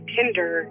Tinder